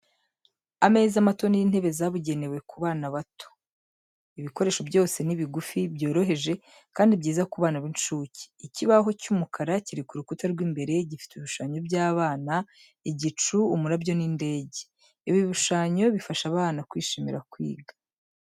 Ameza mato n’intebe zabugenewe ku bana bato. Ibikoresho byose ni bigufi, byoroheje kandi byiza ku bana b’incuke. Ikibaho cy’umukara kiri ku rukuta rw’imbere, gifite ibishushanyo by'abana, igicu, umurabyo n’indege. Ibi bishushanyo bifasha abana kwishimira kwiga.